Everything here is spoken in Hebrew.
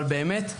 אבל באמת,